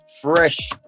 Fresh